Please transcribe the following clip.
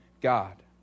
God